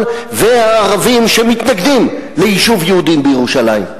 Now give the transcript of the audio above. והערבים שמתנגדים ליישוב יהודים בירושלים.